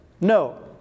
no